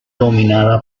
dominada